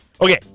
Okay